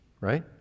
right